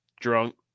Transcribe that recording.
drunk